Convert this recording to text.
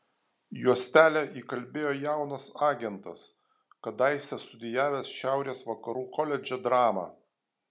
juostelę įkalbėjo jaunas agentas kadaise studijavęs šiaurės vakarų koledže dramą